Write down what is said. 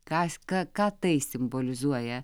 kas ką ką tai simbolizuoja